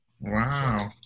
wow